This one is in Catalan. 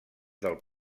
del